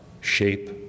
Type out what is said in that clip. shape